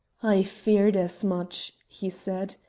i feared as much, he said.